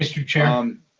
mr. chairman? um